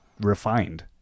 refined